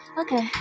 okay